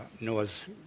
Noah's